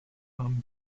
tom